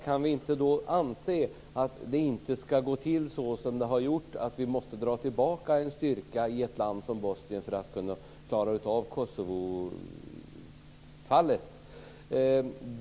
Kan vi inte då anse att det inte ska gå till så som det har gjort - att vi måste dra tillbaka en styrka i ett land som Bosnien för att klara av situationen i Kosovo?